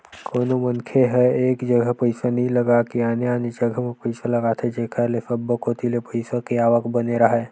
कोनो मनखे ह एक जघा पइसा नइ लगा के आने आने जघा म पइसा लगाथे जेखर ले सब्बो कोती ले पइसा के आवक बने राहय